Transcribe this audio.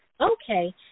Okay